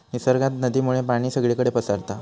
निसर्गात नदीमुळे पाणी सगळीकडे पसारता